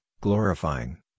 glorifying